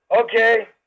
Okay